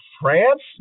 france